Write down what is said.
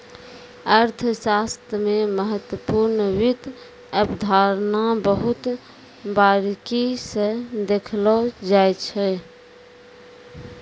अर्थशास्त्र मे महत्वपूर्ण वित्त अवधारणा बहुत बारीकी स देखलो जाय छै